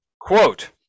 Quote